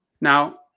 Now